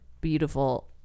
beautiful